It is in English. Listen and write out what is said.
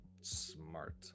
smart